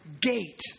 gate